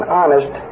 honest